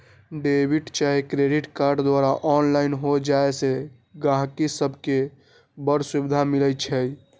debit चाहे credit card द्वारा online हो जाय से गहकि सभके बड़ सुभिधा मिलइ छै